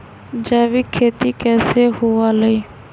जैविक खेती कैसे हुआ लाई?